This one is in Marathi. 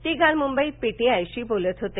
ते काल मुंबईत पी ी आय शी बोलत होते